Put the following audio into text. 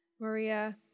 maria